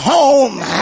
home